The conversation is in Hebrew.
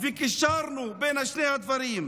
וקישרנו בין שני הדברים,